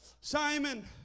Simon